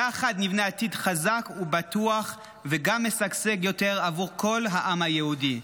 יחד נבנה עתיד חזק ובטוח וגם משגשג יותר עבור כל העם היהודי.